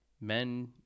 men